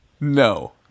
No